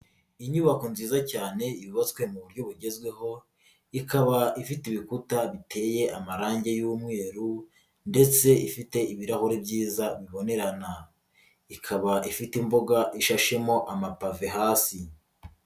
Inyubako nziza cyane yubatswe mu buryo bugezweho, ikaba ifite ibikuta biteye amarangi y'umweru ndetse ifite ibirahuri byiza bibonerana, ikaba ifite imbuga ishashemo amapave hasi.